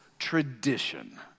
tradition